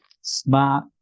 Smart